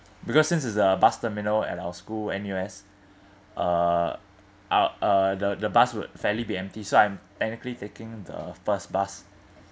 because since there's a bus terminal at our school N_U_S uh ah the the bus would fairly be empty so I'm technically taking the first bus